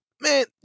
man